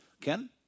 Ken